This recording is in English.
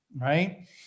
right